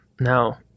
Now